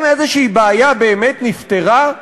האם איזושהי בעיה באמת נפתרה,